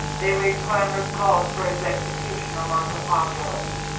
they raised clamorous calls for his execution, among the populace.